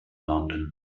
london